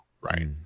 right